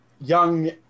young